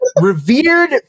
revered